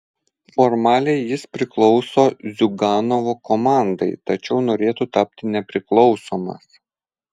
formaliai jis priklauso ziuganovo komandai tačiau norėtų tapti nepriklausomas